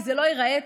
כי זה לא ייראה טוב.